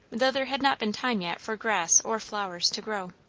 though there had not been time yet for grass or flowers to grow.